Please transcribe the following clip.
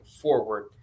forward